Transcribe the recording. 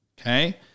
okay